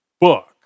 book